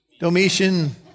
Domitian